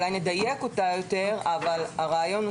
אולי נדייק אותה יותר אבל הרעיון הוא